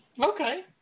Okay